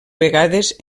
vegades